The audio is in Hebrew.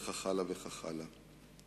וכך הלאה וכך הלאה.